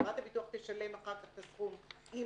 וחברת הביטוח תשלם אחר כך את הסכום עם